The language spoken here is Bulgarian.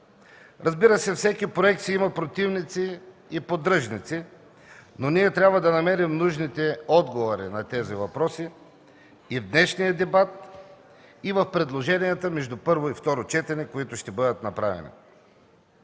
Разбира се, всеки проект си има противници и поддръжници, но ние трябва да намерим нужните отговори на тези въпроси и в днешния дебат, и в предложенията между първо и второ четене, които ще бъдат направени.